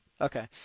Okay